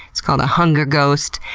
it's called a hunger ghost.